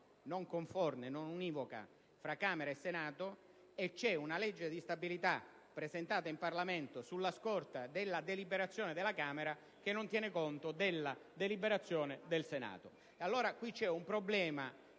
non conforme, non univoca, tra Camera e Senato e c'è una legge di stabilità presentata in Parlamento sulla scorta della deliberazione della Camera, che non tiene conto della deliberazione del Senato.